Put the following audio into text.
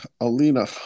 Alina